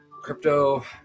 crypto